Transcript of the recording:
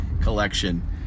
collection